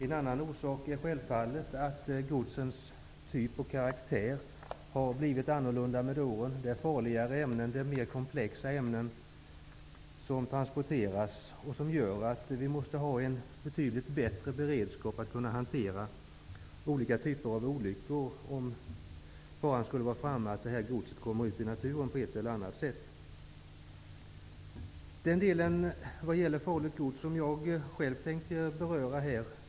En annan orsak är självfallet att godsens typ och karaktär har blivit annorlunda med åren. Farligare och mera komplexa ämnen transporteras nu. Det gör att vi måste ha betydligt bättre beerdskap för att hantera olika typer av olyckor om godset på ett eller annat sätt skulle komma ut i naturen.